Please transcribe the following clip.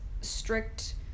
strict